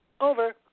Over